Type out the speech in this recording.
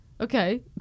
Okay